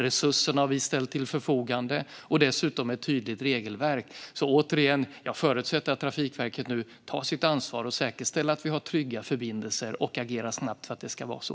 Resurserna har vi ställt till förfogande, och det finns dessutom ett tydligt regelverk. Jag förutsätter, återigen, att Trafikverket nu tar sitt ansvar och säkerställer att vi har trygga förbindelser och att man agerar snabbt för att det ska vara så.